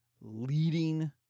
leading